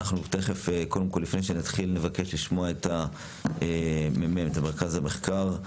לפני שנתחיל נבקש לשמוע את הממ"מ, את מרכז המחקר,